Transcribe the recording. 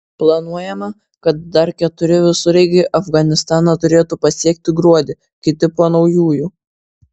planuojama kad dar keturi visureigiai afganistaną turėtų pasiekti gruodį kiti po naujųjų